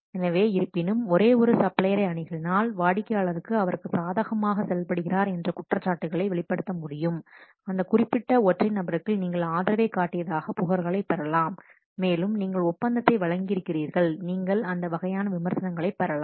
எனவே இருப்பினும் ஒரே ஒரு சப்ளையரை அணுகினால் வாடிக்கையாளருக்கு அவருக்கு சாதகமாக செயல்படுகிறார் என்ற குற்றச்சாட்டுகளை வெளிப்படுத்த முடியும் அந்த குறிப்பிட்ட ஒற்றை நபருக்கு நீங்கள் ஆதரவைக் காட்டியதாக புகார்களைப் பெறலாம் மேலும் நீங்கள் ஒப்பந்தத்தை வழங்கியிருக்கிறீர்கள் நீங்கள் அந்த வகையான விமர்சனங்களைப் பெறலாம்